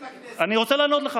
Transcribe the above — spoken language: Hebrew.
תודה,